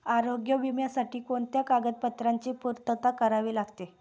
आरोग्य विम्यासाठी कोणत्या कागदपत्रांची पूर्तता करावी लागते?